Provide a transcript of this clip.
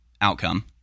outcome